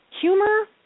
Humor